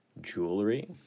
jewelry